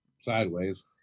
sideways